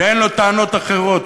שאין לו טענות אחרות.